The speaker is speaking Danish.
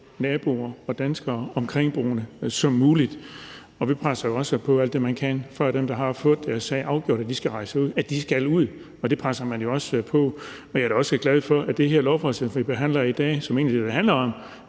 naboer og danskere og omkringboende som muligt, og vi presser jo også på alt det, man kan, for, at dem, der har fået deres sag afgjort, skal rejse ud. De skal ud, og det presser man jo også på for. Og jeg er da også glad for, at det her lovforslag, vi behandler i dag, som egentlig handler om,